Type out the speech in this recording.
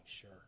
sure